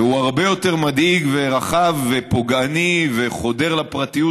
והוא הרבה יותר מדאיג ורחב ופוגעני וחודר לפרטיות